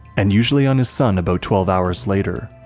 and usually on his son about twelve hours later,